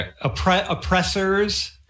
oppressors